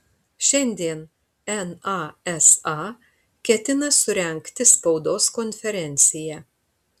šiandien nasa ketina surengti spaudos konferenciją